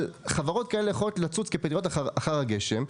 אבל חברות כאלה יכולות לצוץ כפטריות אחר הגשם,